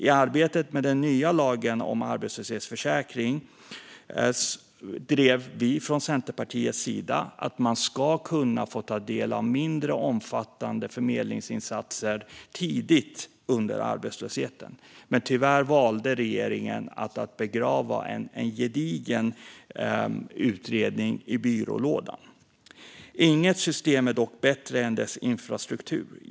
I arbetet med den nya lagen om arbetslöshetsförsäkring drev vi från Centerpartiets sida att man ska kunna få ta del av mindre omfattande förmedlingsinsatser tidigt under arbetslösheten. Men tyvärr valde regeringen att begrava en gedigen utredning i byrålådan. Inget system är dock bättre än dess infrastruktur.